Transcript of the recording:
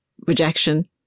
rejection